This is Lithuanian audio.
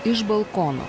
iš balkono